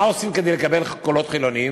מה עושים כדי לקבל קולות חילוניים?